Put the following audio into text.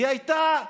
היא הייתה,